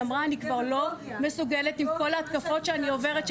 והיא אמרה אני כבר לא מסוגלת עם כל ההתקפות שאני עוברת,